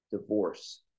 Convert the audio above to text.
divorce